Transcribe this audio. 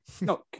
No